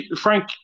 Frank